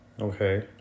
Okay